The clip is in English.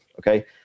okay